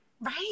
Right